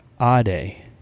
Ade